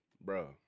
bro